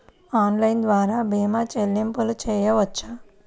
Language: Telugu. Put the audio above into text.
ఆన్లైన్ ద్వార భీమా చెల్లింపులు చేయవచ్చా?